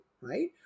right